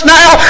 now